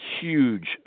huge